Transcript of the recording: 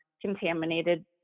contaminated